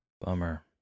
Bummer